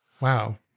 Wow